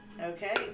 Okay